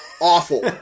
awful